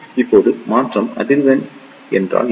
இப்போது மாற்றம் அதிர்வெண் என்றால் என்ன